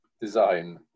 design